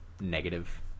negative